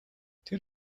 тэр